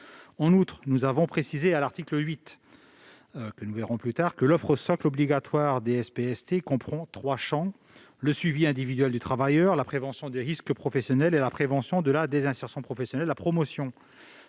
En outre, nous avons précisé à l'article 8 que l'offre socle obligatoire des SPST comprenait trois champs : le suivi individuel du travailleur, la prévention des risques professionnels, la prévention de la désinsertion professionnelle. La promotion